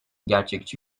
gerçekçi